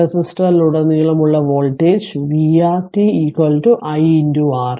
അതിനാൽ റെസിസ്റ്ററിലുടനീളമുള്ള voltage vR t i R